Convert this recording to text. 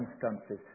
Circumstances